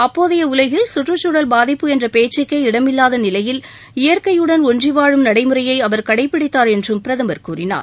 அப்போதைய உலகில் சுற்றுச்சூழல் பாதிப்பு என்ற பேச்சுக்கே இடமில்லாத நிலையில் இயற்கையுடன் ஒன்றி வாழும் நடைமுறையை அவர் கடைபிடித்தார் என்றும் பிரதமர் கூறினார்